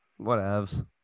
Whatevs